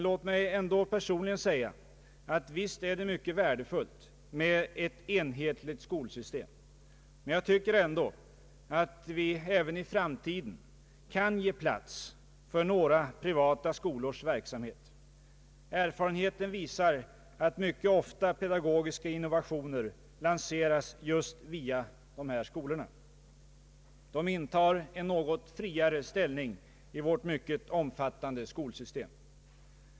Låt mig ändå personligen säga att det visserligen är mycket värdefullt med ett enhetligt skolsystem, men att jag tycker att vi även i framtiden kan ge plats för några privata skolors verksamhet. Erfarenheten visar att pedagogiska innovationer mycket ofta lanseras just via dessa skolor, som intar en något friare ställning i vårt mycket omfattande skolsystem.